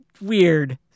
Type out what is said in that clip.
weird